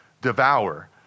devour